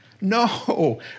No